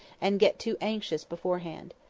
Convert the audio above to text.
and get too anxious beforehand.